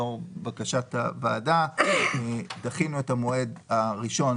לאור בקשת הוועדה דחינו את המועד הראשון